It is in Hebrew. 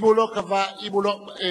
אם הוא לא קבע, אם הוא לא יתואם,